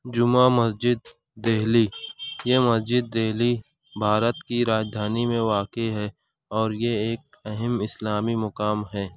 جمعہ مسجد دہلی یہ مسجد دہلی بھارت کی راجدھانی میں واقع ہے اور یہ ایک اہم اسلامی مقام ہیں